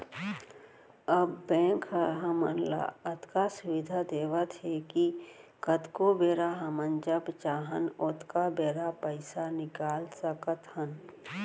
अब बेंक ह हमन ल अतका सुबिधा देवत हे कि कतको बेरा हमन जब चाहन ओतका बेरा पइसा निकाल सकत हन